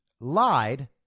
lied